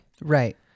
Right